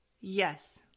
Yes